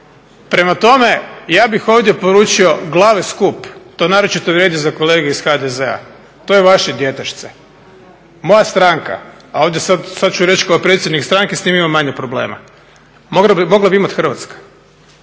Prema tome, ja bih ovdje poručio glave skup, to naročito vrijedi za kolege iz HDZ-a. To je vaše djetešce. Moja stranka, a sad ću reći kao predsjednik stranke, s tim imam manje problema. Mogla bi imati Hrvatska